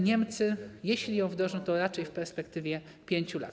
Niemcy, jeśli ją wdrożą, to raczej w perspektywie 5 lat.